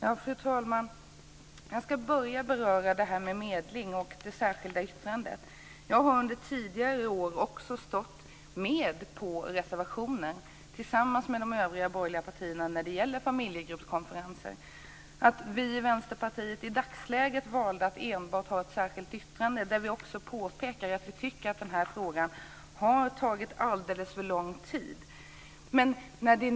Fru talman! Jag ska börja med att beröra medling och det särskilda yttrandet. Jag har under tidigare år tillsammans med de borgerliga partierna stått med på reservationen om familjegruppskonferenser. I dagsläget valde vi i Vänsterpartiet att enbart ha ett särskilt yttrande, där vi också påpekar att vi tycker att den här frågan har tagit alldeles för lång tid.